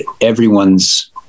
everyone's